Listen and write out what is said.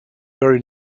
very